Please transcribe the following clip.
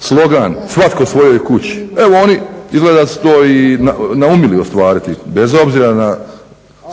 slogan – Svatko svojoj kući. Evo oni izgleda su to i naumili ostvariti bez obzira na